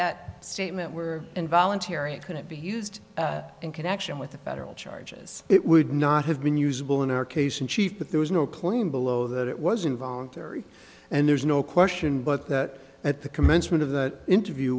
that statement were involuntary it couldn't be used in connection with the federal charges it would not have been usable in our case in chief but there was no claim below that it was involuntary and there's no question but that at the commencement of that interview